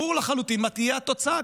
ברור לחלוטין מה תהיה התוצאה.